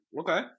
Okay